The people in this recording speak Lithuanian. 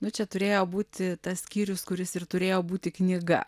nu čia turėjo būti tas skyrius kuris ir turėjo būti knyga